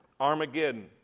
Armageddon